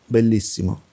bellissimo